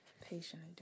Patient